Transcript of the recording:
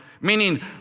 Meaning